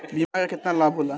बीमा के केतना लाभ होला?